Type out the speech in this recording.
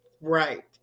Right